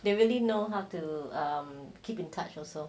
they really know how to err keep in touch also